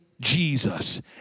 Jesus